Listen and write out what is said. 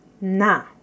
na